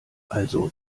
also